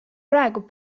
praegu